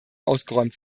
ausgeräumt